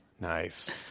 Nice